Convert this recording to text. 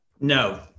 No